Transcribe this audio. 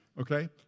Okay